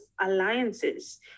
alliances